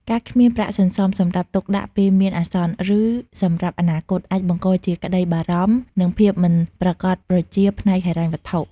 ការគ្មានប្រាក់សន្សំសម្រាប់ទុកដាក់ពេលមានអាសន្ន ឬសម្រាប់អនាគត អាចបង្កជាក្តីបារម្ភ និងភាពមិនប្រាកដប្រជាផ្នែកហិរញ្ញវត្ថុ។